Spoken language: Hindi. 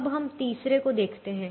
अब हम तीसरे को देखते हैं